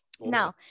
Now